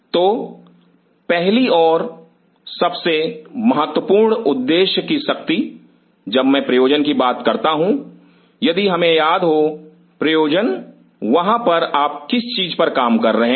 तो पहली और सबसे महत्वपूर्ण उद्देश्य की शक्ति जब मैं प्रयोजन की बात करता हूं यदि हमें याद हो प्रयोजन वहां पर आप किस चीज पर काम कर रहे हैं